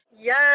Yes